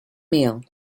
meal